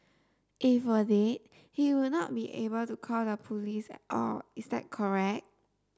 if were dead he would not be able to call the police at all is that correct